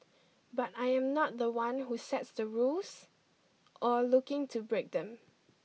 but I am not the one who sets the rules or looking to break them